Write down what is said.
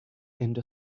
into